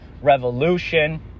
revolution